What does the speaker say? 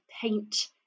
paint